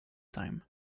time